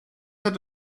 had